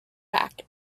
back